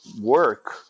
work